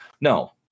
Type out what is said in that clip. No